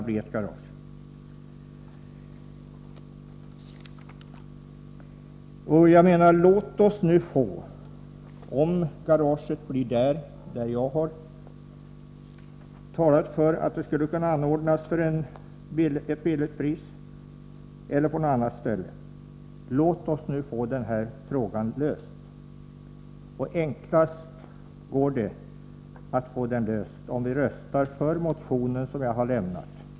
Låt oss nu få den här frågan löst, oavsett om garaget blir där jag har talat för att det skulle kunna anordnas, för ett lågt pris, eller på något annat ställe. Och enklast går det att få frågan löst om vi röstar för den motion som jag har väckt.